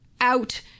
out